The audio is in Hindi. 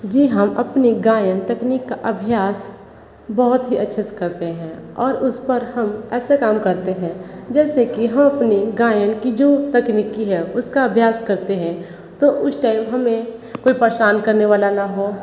जी हम अपनी गायन तकनीक का अभ्यास बहुत ही अच्छे से करते हैं और उस पर हम ऐसे काम करते हैं जैसे कि हम अपनी गायन की जो तकनीकी है उसका अभ्यास करते हैं तो उस टाइम हमें कोई परेशान करने वाला ना हो